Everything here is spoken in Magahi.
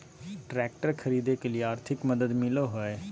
ट्रैक्टर खरीदे के लिए आर्थिक मदद मिलो है?